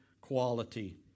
quality